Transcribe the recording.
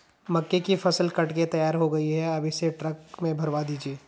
मक्के की फसल कट के तैयार हो गई है अब इसे ट्रक में भरवा दीजिए